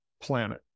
planet